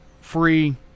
free